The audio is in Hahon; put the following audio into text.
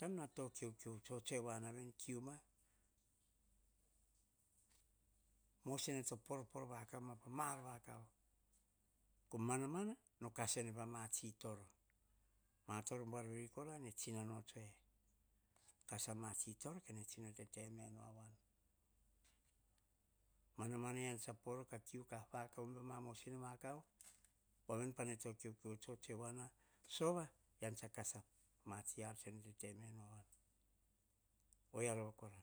Taim no to kiou, kiou tsue na, veni, kiu ma masina tsa poro poro pa mar vakau von po mana mana no kasene pa ma tsi toro. Ma toro buar veri kora ne tsinano tsue, kas a matsi toro, katsi tete menu a wan, mana mana eyian tsa poro ka kiu a mosina vakav, ne kiou, kiou to tsue wa na sova eyian tsa kas a ma tsiar nene tete menu, oyia rova kora.